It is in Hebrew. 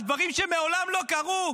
על דברים שמעולם לא קרו.